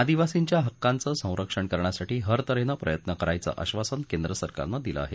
आदिवासींच्या हक्कांचं संरक्षण करण्यासाठी हरत हेनं प्रयत्न करण्याचं आक्षासन केंद्र सरकारनं दिलं आहे